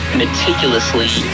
meticulously